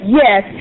yes